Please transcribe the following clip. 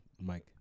Mike